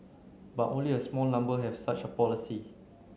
but only a small number have such a policy